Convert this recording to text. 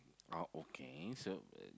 oh okay so uh